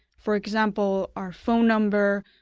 for example, our phone number,